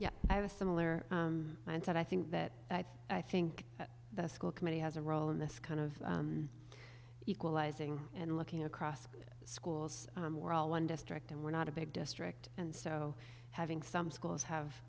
aftercare i have a similar mindset i think that i think the school committee has a role in this kind of equalizing and looking across schools we're all one district and we're not a big district and so having some schools have